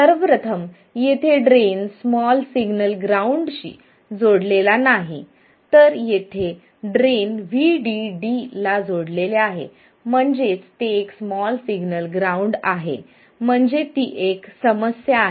सर्व प्रथम येथे ड्रेन स्मॉल सिग्नल ग्राउंडशी जोडलेला नाही तर येथे ड्रेन VDD ला जोडलेले आहे म्हणजेच ते एक स्मॉल सिग्नल ग्राउंड आहे म्हणजे ती एक समस्या आहे